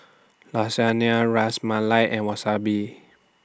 Lasagna Ras Malai and Wasabi